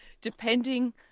Depending